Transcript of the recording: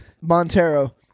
Montero